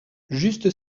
juste